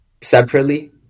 separately